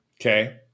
Okay